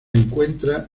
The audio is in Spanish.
encuentra